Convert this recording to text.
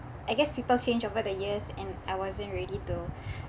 I guess people change over the years and I wasn't ready to